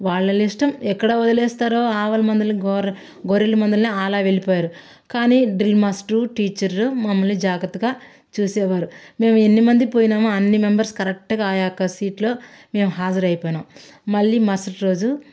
వాళ్ళ ఇష్టం ఎక్కడెక్కడ వదిలేస్తారో ఆవుల మందల గొర్రెల మందల ఆలా వెళ్ళిపోయారు కాని డ్రిల్ మాస్టరు టీచరు మమ్మల్ని జాగ్రత్తగా చూసేవారు మేము ఎన్ని మంది పోయినమో అన్ని మెంబెర్స్ కరెక్ట్గా ఆ యొక్క సీట్లో మేం హాజరు అయిపోయినాం మళ్ళీ మరుసటి రోజు